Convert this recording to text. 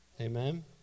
Amen